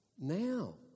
now